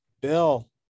Bill